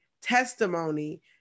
testimony